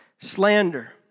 slander